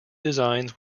designs